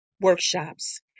workshops